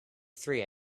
three